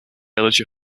village